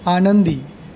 आनंदी